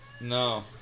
No